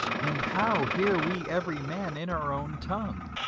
and how hear we every man in our own tongue,